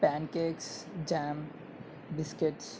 pancakes jam biscuits